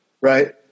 right